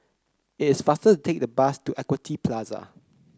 it is faster to take the bus to Equity Plaza